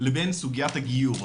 לבין סוגיית הגיור,